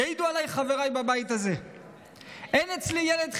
יעידו עלי חבריי בבית הזה שאין אצלי ילד חילוני,